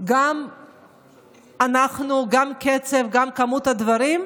גם אנחנו, גם הקצב, גם כמות הדברים.